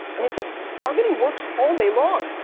i mean it's like marketing works all day long,